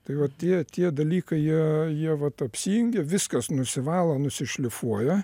tai va tie tie dalykai jie jie vat apsijungia viskas nusivalo nusišlifuoja